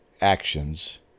actions